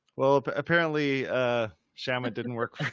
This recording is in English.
well, but apparently a shama didn't work.